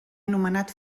anomenat